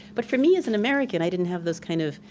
but for me as an american, i didn't have those kind of,